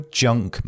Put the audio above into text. junk